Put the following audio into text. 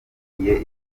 yabwiye